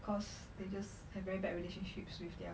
cause they just have very bad relationships with their